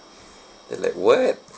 I like what